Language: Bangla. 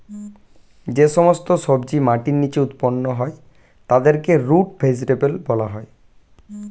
যে সমস্ত সবজি মাটির নিচে উৎপন্ন হয় তাদেরকে রুট ভেজিটেবল বলা হয়